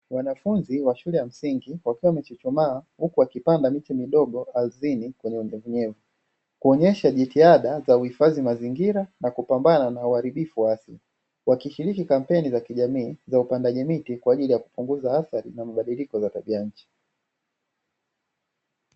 Wanafunzi wa shule ya msingi wakiwa wanachuchumaa huku wakipanda miti midogo ardhini kwenye unyevunyevu, kuonesha jitihada za kuhifadhi mazingira na kupambana na uharibifu wa asili; wakishiriki kampeni za kijamii za upandaji miti kwa ajili ya kupunguza athari za mabadiliko ya tabia nchi.